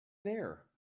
there